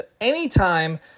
anytime